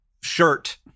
shirt